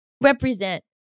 represent